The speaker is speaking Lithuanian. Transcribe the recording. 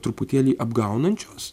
truputėlį apgaunančios